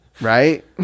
Right